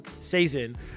season